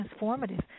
transformative